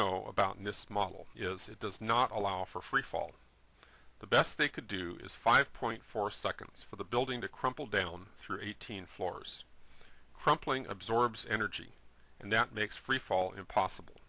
know about in this model is it does not allow for free fall the best they could do is five point four seconds for the building to crumple down through eighteen floors crumpling absorbs energy and that makes freefall impossible